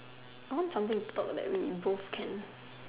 I want something to talk that we we both can